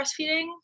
breastfeeding